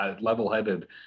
level-headed